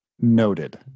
Noted